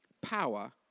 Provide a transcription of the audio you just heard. Power